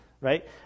right